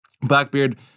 Blackbeard